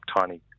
tiny